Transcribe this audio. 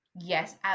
Yes